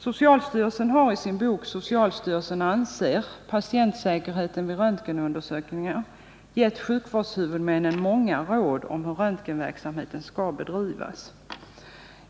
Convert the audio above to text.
Socialstyrelsen har i sin bok Socialstyrelsen anser, Patientsäkerheten vid röntgenundersökningar gett sjukvårdshuvudmännen många råd om hur röntgenverksamheten skall bedrivas.